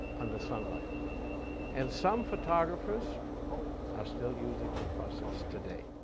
under sunlight and some photographers are still using the process today.